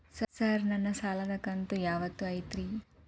Sir ನನ್ನ ಸಾಲದ ಕಂತು ಯಾವತ್ತೂ ಐತ್ರಿ?